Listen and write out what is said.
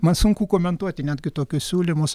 man sunku komentuoti netgi tokius siūlymus